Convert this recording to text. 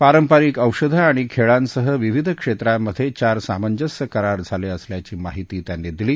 पारंपरिक औषधं आणि खेळांसह विविध क्षेत्रांमधे चार सामंजस्य करार झाले असल्याची माहिती त्यांनी दिली